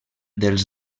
dels